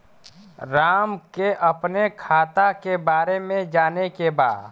राम के अपने खाता के बारे मे जाने के बा?